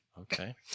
Okay